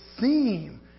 theme